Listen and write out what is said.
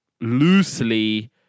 loosely